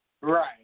Right